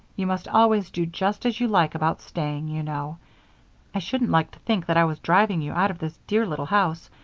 you must always do just as you like about staying, you know i shouldn't like to think that i was driving you out of this dear little house,